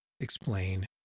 explain